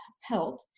health